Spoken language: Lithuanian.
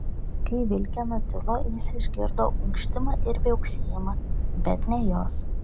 kai vilkė nutilo jis išgirdo unkštimą ir viauksėjimą bet ne jos